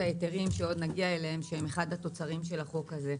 ההיתרים שהם אחד התוצרים של החוק הזה.